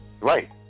right